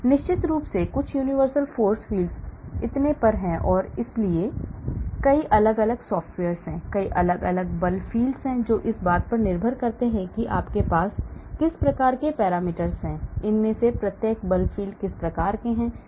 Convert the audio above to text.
निश्चित रूप से कुछ universal force fields और इतने पर हैं और इसलिए कई अलग अलग सॉफ़्टवेयर हैं कई अलग अलग बल फ़ील्ड हैं जो इस बात पर निर्भर करते हैं कि उनके पास किस प्रकार के पैरामीटर हैं इनमें से प्रत्येक बल फ़ील्ड किस प्रकार के हैं